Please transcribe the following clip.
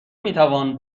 میتوان